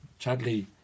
Chadley